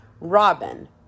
Robin